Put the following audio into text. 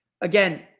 Again